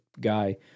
guy